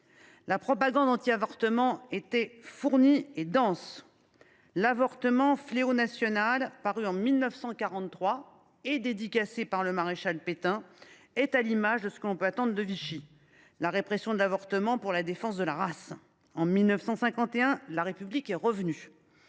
La propagande antiavortement était fournie et dense., paru en 1943 et dédicacé par le maréchal Pétain, est à l’image de ce que l’on peut attendre de Vichy : la répression de l’avortement pour la défense de la race. En 1951, la République est revenue,